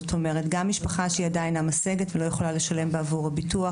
זאת אומרת גם משפחה שידה אינה משגת ולא יכולה לשלם בעבור הביטוח,